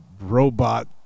robot